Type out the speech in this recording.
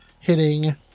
hitting